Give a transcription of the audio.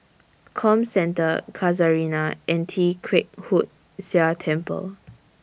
Comcentre Casuarina and Tee Kwee Hood Sia Temple